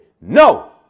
no